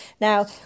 Now